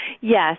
Yes